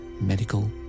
medical